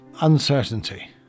uncertainty